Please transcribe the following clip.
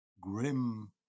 grim